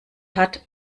hat